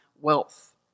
wealth